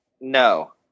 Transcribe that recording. No